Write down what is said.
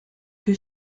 que